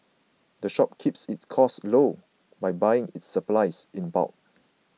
the shop keeps its costs low by buying its supplies in bulk